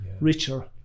richer